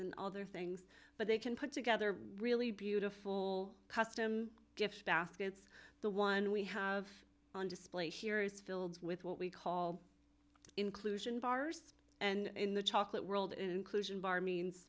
and other things but they can put together a really beautiful custom gift baskets the one we have on display here is filled with what we call inclusion bars and in the chocolate world inclusion bar means